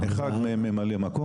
אחד מהם ממלא מקום.